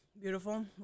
Beautiful